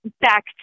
back